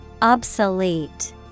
Obsolete